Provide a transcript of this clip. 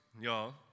y'all